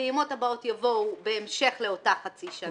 הפעימות הבאות יבואו בהמשך לאותה חצי שנה.